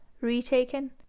retaken